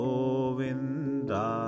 Govinda